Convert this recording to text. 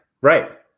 right